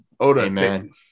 Amen